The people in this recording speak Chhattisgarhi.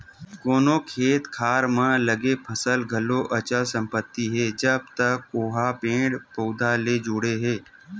कोनो खेत खार म लगे फसल ह घलो अचल संपत्ति हे जब तक ओहा पेड़ पउधा ले जुड़े हे